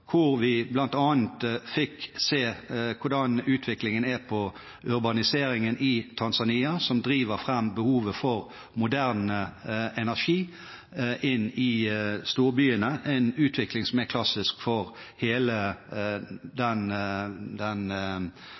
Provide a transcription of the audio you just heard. i Tanzania, noe som driver fram behovet for moderne energi i storbyene, en utvikling som er klassisk for hele den